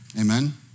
amen